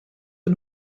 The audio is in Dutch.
een